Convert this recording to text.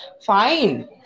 fine